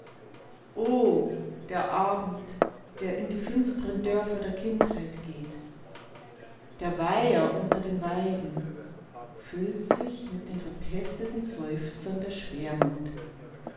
der abend der in die finsteren dörfer der kindheit geht der weiher unter den weiden füllt sich mit den verpesteten seufzern der schwermut